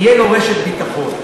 תהיה לו רשת ביטחון.